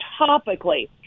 topically